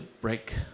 break